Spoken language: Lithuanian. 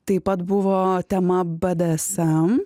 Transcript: taip pat buvo tema b d s m